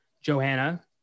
Johanna